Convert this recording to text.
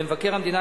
למבקר המדינה,